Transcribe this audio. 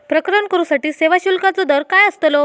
प्रकरण करूसाठी सेवा शुल्काचो दर काय अस्तलो?